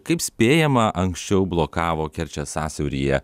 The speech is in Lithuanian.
kaip spėjama anksčiau blokavo kerčės sąsiauryje